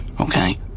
Okay